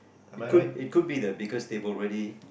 it could it could be that because they've already